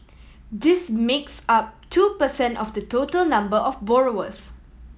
this makes up two per cent of the total number of borrowers